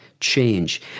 change